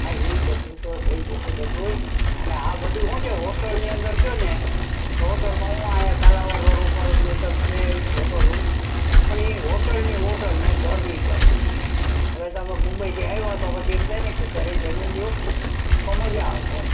હા એ બધું તો થઈ જશે બધુંય આ બધી શું છે હોટલની અંદર કહો ને તો હોટલમાં અહીંયા કાલાવડ રોડ ઉપર બે ત્રણ છે હોટલો પણ એ હોટલની હોટલ ને ઘર એ ઘર હવે તમે મુંબઈથી આવ્યા તો પછી એમ થાય ને કે ઘરે જમી લો તો મજા આવે એમ